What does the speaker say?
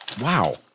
Wow